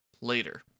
later